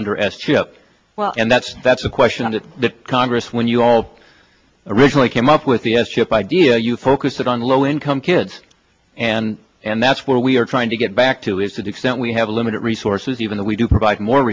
under s chip well and that's that's a question that the congress when you all originally came up with the s chip idea you focus it on low income kids and that's what we're trying to get back to is that extent we have limited resources even though we do provide more